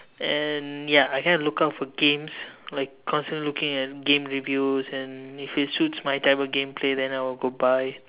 and ya I kind of look out for games like constantly looking at game review and if it suit's my game play then I will go buy